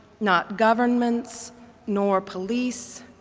not governments nor police,